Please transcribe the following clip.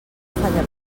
falla